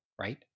right